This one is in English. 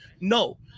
No